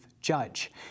judge